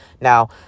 Now